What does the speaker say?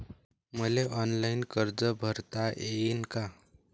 मले ऑनलाईन कर्ज भरता येईन का?